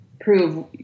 prove